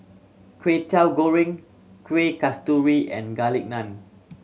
Kway Teow Goreng Kuih Kasturi and Garlic Naan